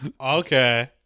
Okay